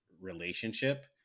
relationship